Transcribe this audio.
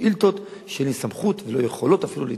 שאילתות שאין לי סמכות ולא יכולת אפילו להתערב.